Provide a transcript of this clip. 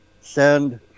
send